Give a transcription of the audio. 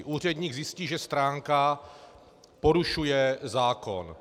Úředník zjistí, že stránka porušuje zákon.